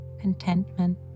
contentment